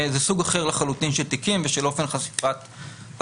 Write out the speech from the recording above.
זה סוג אחר לחלוטין של תיקים ושל אופן חשיפת פרשות.